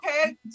okay